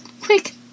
Quick